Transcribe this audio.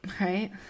right